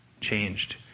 changed